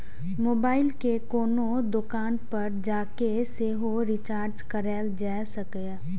mobile कें कोनो दोकान पर जाके सेहो रिचार्ज कराएल जा सकैए